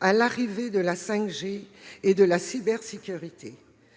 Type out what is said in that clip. à l'arrivée de la 5G et de la cybersécurité.